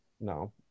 No